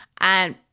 and-